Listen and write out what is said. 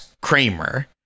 Kramer